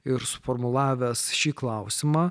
ir suformulavęs šį klausimą